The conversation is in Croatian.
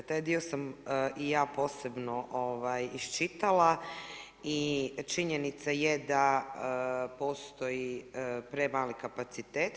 Taj dio sam i ja posebno iščitala i činjenica je da postoji premali kapacitet.